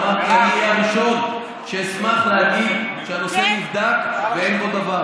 אמרתי שאני אהיה הראשון שאשמח להגיד שהנושא נבדק ושאין בו דבר.